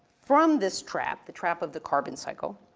from this trap, the trap of the carbon cycle,